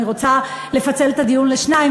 אני רוצה לפצל את הדיון לשניים,